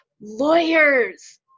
lawyers